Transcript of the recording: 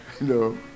No